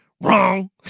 wrong